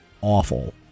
awful